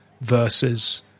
versus